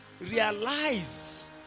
realize